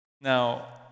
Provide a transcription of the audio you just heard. Now